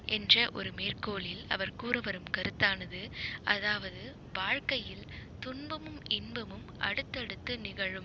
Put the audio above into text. என்ற ஒரு மேற்கோளில் அவர் கூற வரும் கருத்தானது அதாவது வாழ்க்கையில் துன்பமும் இன்பமும் அடுத்து அடுத்து நிகழும்